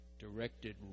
directed